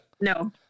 No